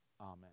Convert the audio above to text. amen